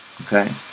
Okay